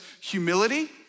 humility